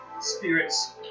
Spirit's